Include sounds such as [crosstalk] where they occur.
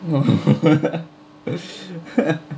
[laughs]